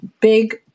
big